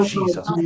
Jesus